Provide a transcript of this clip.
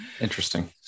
Interesting